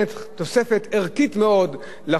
על כך אני שוב מודה לך, אדוני יושב ראש-הוועדה,